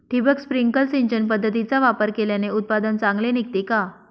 ठिबक, स्प्रिंकल सिंचन पद्धतीचा वापर केल्याने उत्पादन चांगले निघते का?